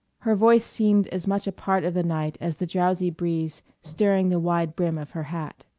her voice seemed as much a part of the night as the drowsy breeze stirring the wide brim of her hat.